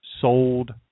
sold